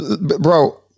bro